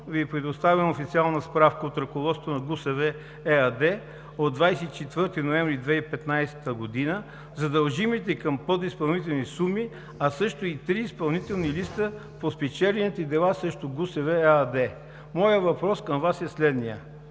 Ви предоставям официална справка от ръководството на ГУСВ – ЕАД, от 24 ноември 2015 г. за дължимите към подизпълнителите суми, а също и три изпълнителни листа по спечелените дела срещу ГУСВ – ЕАД. Моят въпрос към Вас е следният: